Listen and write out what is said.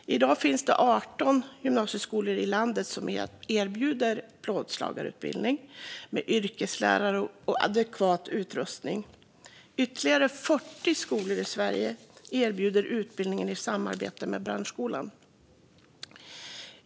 I dag finns det 18 gymnasieskolor i landet som erbjuder plåtslagarutbildning med yrkeslärare och adekvat utrustning. Ytterligare 40 skolor i Sverige erbjuder utbildningen i samarbete med branschskolan.